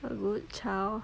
a good child